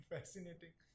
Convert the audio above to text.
Fascinating